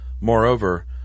Moreover